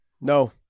No